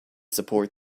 support